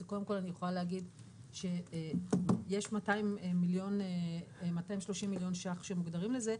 אז קודם כל אני יכולה להגיד שיש 230 מיליון ₪ שמוגדרים לזה,